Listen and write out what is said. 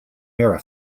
mirror